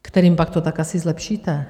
Kterým pak to tak asi zlepšíte?